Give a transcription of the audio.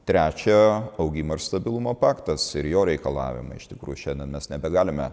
trečia augimo ir stabilumo paktas ir jo reikalavimai iš tikrųjų šiandien mes nebegalime